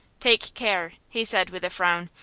take care! he said, with a frown.